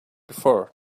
before